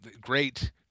Great